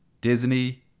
disney